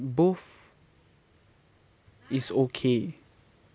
both is okay